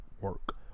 work